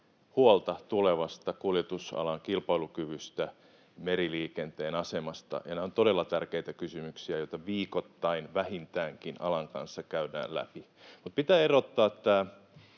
huolta tulevasta kuljetusalan kilpailukyvystä, meriliikenteen asemasta, ja nämä ovat todella tärkeitä kysymyksiä, joita viikoittain, vähintäänkin, alan kanssa käydään läpi.